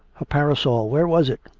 her parasol where was it?